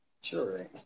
Sure